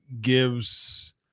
gives